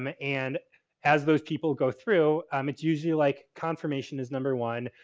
um ah and as those people go through um it's usually like confirmation is number one,